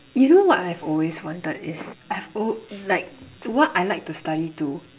you know what I've always wanted is I've al~ like what I like to study too